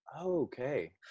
Okay